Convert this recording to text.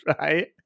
right